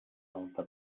alta